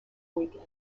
weekend